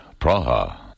Praha